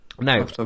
No